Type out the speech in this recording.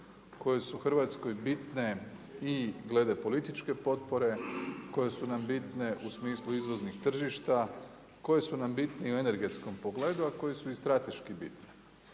koje su Hrvatskoj bitne i glede političke potpore, koje su nam bitne u smislu izvoznih tržišta, koje su nam bitne u energetskom pogledu, a koje su i strateški bitne.